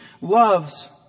loves